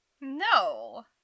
No